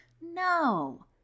No